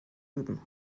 üben